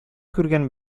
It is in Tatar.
күргән